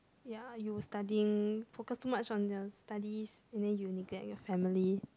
ya you studying focus too much on your studies and then you neglect your family